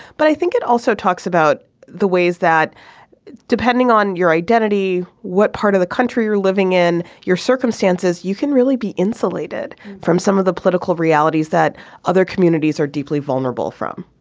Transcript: but i think it also talks about the ways that depending on your identity what part of the country you're living in your circumstances you can really be insulated from some of the political realities that other communities are deeply vulnerable from